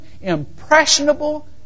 impressionable